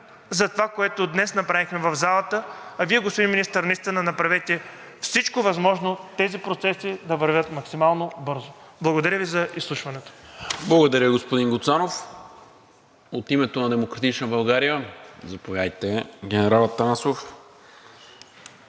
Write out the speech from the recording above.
за това, което днес направихме в залата. А Вие, господин Министър, наистина направете всичко възможно тези процеси да вървят максимално бързо. Благодаря Ви за изслушването. ПРЕДСЕДАТЕЛ НИКОЛА МИНЧЕВ: Благодаря, господин Гуцанов. От името на „Демократична България“? Заповядайте, генерал Атанасов.